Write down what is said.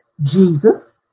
jesus